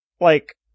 like-